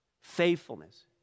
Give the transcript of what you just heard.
Faithfulness